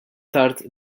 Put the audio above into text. tard